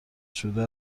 شده